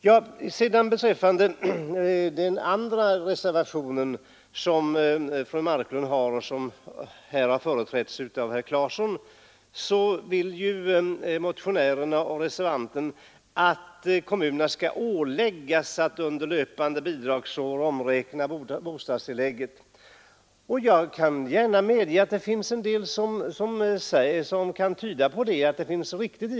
Jag kommer till fru Marklunds andra reservation, som här har företrätts av herr Claeson. Motionärerna och reservanten vill att kommunerna skall åläggas att under löpande bidragsår omräkna bostadstillägget. Jag kan gärna medge att det finns en del som kan tala för detta.